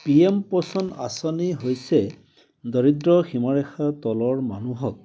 P M Poshan আঁচনি হৈছে দৰিদ্ৰ সীমাৰেখাৰ তলৰ মানুহক